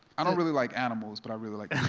i don't really like animals, but i really like